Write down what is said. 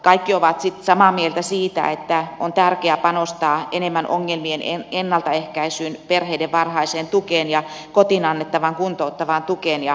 kaikki ovat samaa mieltä siitä että on tärkeää panostaa enemmän ongelmien ennaltaehkäisyyn perheiden varhaiseen tukeen ja kotiin annettavaan kuntouttavaan tukeen ja ohjaukseen